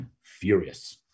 furious